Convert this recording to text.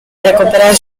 recuperar